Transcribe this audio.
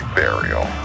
burial